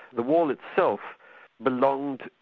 the wall itself belonged,